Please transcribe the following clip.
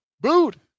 Booed